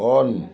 on